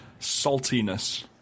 saltiness